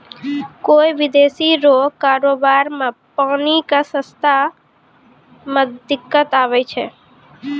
कोय विदेशी रो कारोबार मे पानी के रास्ता मे दिक्कत आवै छै